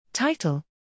Title